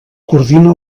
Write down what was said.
coordina